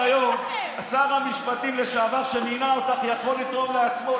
את לא מבינה שעד היום שר המשפטים לשעבר שמינה אותך יכול לתרום לעצמו,